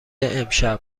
امشب